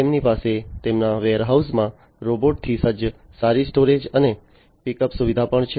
તેમની પાસે તેમના વેરહાઉસમાં રોબોટથી સજ્જ સારી સ્ટોરેજ અને પિકઅપ સુવિધા પણ છે